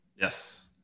Yes